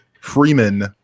Freeman